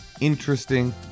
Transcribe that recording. interesting